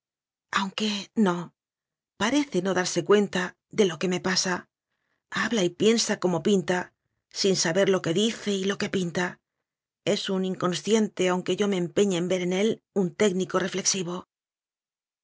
que no parece no darse cuenta de lo que me pasa habla y piensa como pinta sin saber lo que dice y lo que pinta es un inconscien te aunque yo me empeñe en ver en él un técnico reflexivo